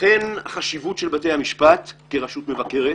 לכן החשיבות של בתי המשפט כרשות מבקרת,